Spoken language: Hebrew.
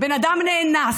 בן אדם נאנס?